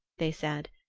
they said.